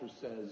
says